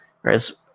Whereas